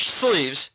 sleeves